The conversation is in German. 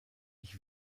ich